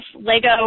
Lego